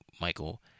Michael